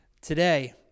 today